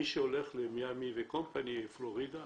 מי שהולך למיאמי, פלורידה,